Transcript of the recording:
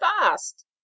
fast